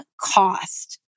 cost